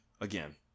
Again